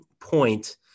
point